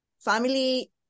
family